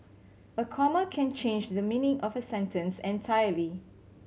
a comma can change the meaning of a sentence entirely